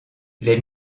les